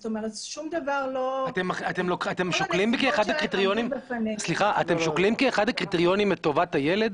זאת אומרת שום דבר לא- -- אתם שוקלים כאחד הקריטריונים את טובת הילד?